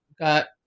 got